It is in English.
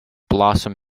blossom